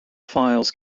files